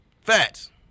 Fats